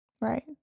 Right